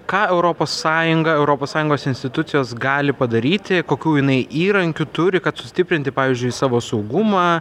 ką europos sąjunga europos sąjungos institucijos gali padaryti kokių jinai įrankių turi kad sustiprinti pavyzdžiui savo saugumą